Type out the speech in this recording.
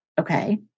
Okay